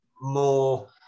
more